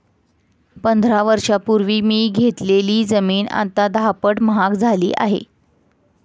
पंधरा वर्षांपूर्वी मी घेतलेली जमीन आता दहापट महाग झाली आहे